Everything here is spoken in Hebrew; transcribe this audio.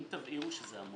אם אני נמצא בניו